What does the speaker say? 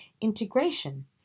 integration